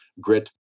grit